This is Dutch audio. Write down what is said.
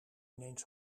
ineens